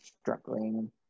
struggling